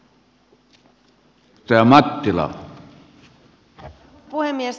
arvoisa puhemies